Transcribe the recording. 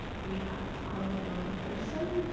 we have found another person,